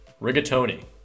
Rigatoni